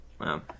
Wow